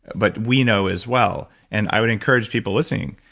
but we know as well and i would encourage people listening,